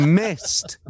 missed